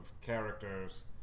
characters